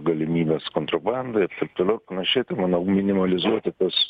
galimybės kontrabandai ir taip toliau ir panašiai tai manau minimalizuoti tas